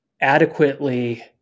adequately